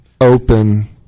open